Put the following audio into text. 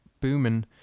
booming